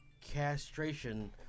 castration